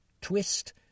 twist